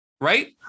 right